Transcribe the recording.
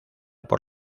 por